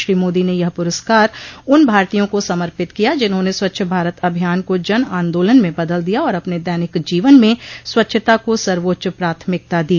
श्री मोदी ने यह पुरस्कार उन भारतीयों को समर्पित किया जिन्होंने स्वच्छ भारत अभियान को जन आंदोलन में बदल दिया और अपने दैनिक जीवन में स्वच्छता को सर्वोच्च प्राथमिकता दी